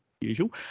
usual